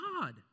God